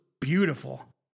beautiful